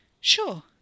Sure